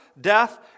death